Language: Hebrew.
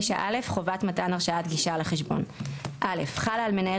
חובת מתן הרשאת גישה לחשבון 39א. חלה על מנהל